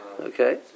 Okay